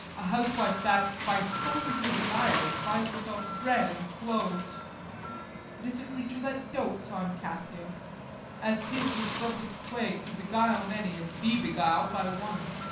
a housewife that, by selling her desires, buys herself bread and clothes it is a creature that dotes on cassio as tis the strumpet's plague to beguile many and be beguil'd by one